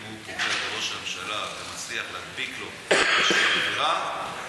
הוא פוגע בראש הממשלה ומצליח להדביק לו איזו עבירה,